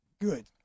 Good